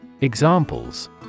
Examples